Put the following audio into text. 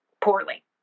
poorly